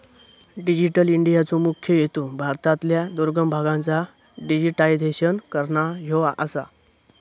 digital इंडियाचो मुख्य हेतू भारतातल्या दुर्गम भागांचा डिजिटायझेशन करना ह्यो आसा